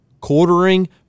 quartering